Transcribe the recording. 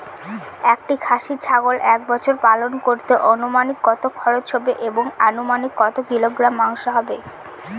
একটি খাসি ছাগল এক বছর পালন করতে অনুমানিক কত খরচ হবে এবং অনুমানিক কত কিলোগ্রাম মাংস হবে?